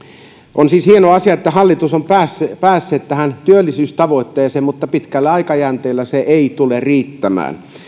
on siis hieno asia että hallitus on päässyt tähän työllisyystavoitteeseen mutta pitkällä aikajänteellä se ei tule riittämään